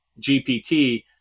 GPT